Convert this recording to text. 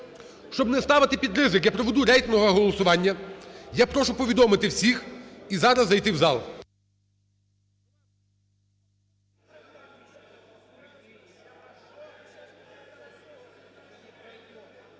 щоб не ставити під ризик, я проведу рейтингове голосування. Я прошу повідомити всіх і зараз зайти в зал.